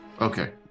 okay